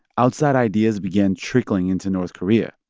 outside ideas began trickling into north korea.